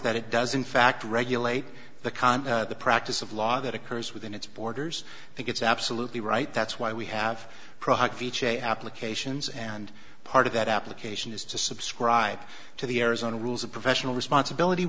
that it does in fact regulate the con the practice of law that occurs within its borders i think it's absolutely right that's why we have product ficci applications and part of that application is to subscribe to the arizona rules of professional responsibility